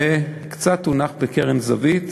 קצת הונח בקרן זווית